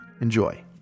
enjoy